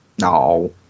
No